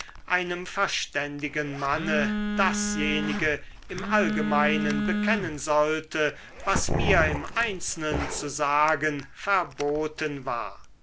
einem verständigen manne dasjenige im allgemeinen bekennen sollte was mir im einzelnen zu sagen verboten war